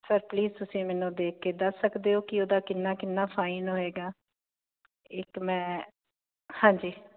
sir please ਤੁਸੀਂ ਮੈਨੂੰ ਦੇਖ ਕੇ ਦੱਸ ਸਕਦੇ ਹੋ ਕਿ ਉਹਦਾ ਕਿੰਨਾ ਕਿੰਨਾ ਫਾਈਨ ਹੋਏਗਾ ਇੱਕ ਮੈਂ ਹਾਂਜੀ